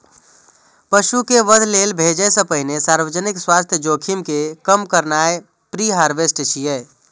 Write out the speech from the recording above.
पशु कें वध लेल भेजै सं पहिने सार्वजनिक स्वास्थ्य जोखिम कें कम करनाय प्रीहार्वेस्ट छियै